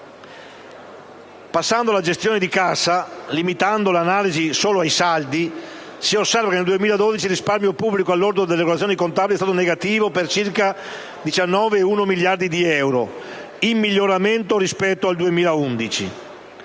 Passando alla gestione di cassa, limitando l'analisi solo ai saldi, si osserva che nel 2012 il risparmio pubblico al lordo delle regolazioni contabili è stato negativo per circa 19,1 miliardi di euro, in miglioramento rispetto al 2011.